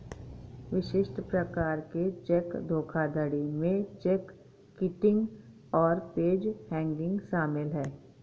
विशिष्ट प्रकार के चेक धोखाधड़ी में चेक किटिंग और पेज हैंगिंग शामिल हैं